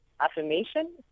affirmation